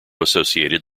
associated